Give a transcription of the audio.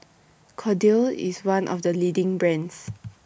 Kordel's IS one of The leading brands